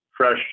fresh